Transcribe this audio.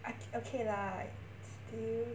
ah okay lah still